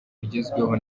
bigezweho